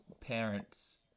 parents